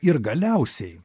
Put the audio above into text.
ir galiausiai